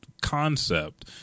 concept